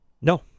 No